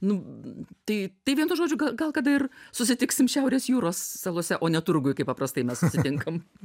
nu tai tai vienu žodžiu gal kada ir susitiksim šiaurės jūros salose o ne turguj kaip paprastai mes susitinkam